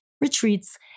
retreats